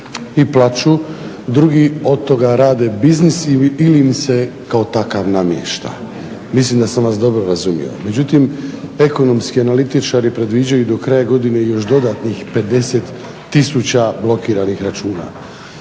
i plaču drugi od toga rade biznis ili im se kao takav namješta. Mislim da sam vas dobro razumio. Međutim, ekonomski analitičari predviđaju do kraja godine još dodatnih 50 tisuća blokiranih računa.